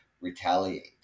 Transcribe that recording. retaliate